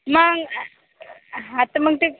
मग आ आता मग ते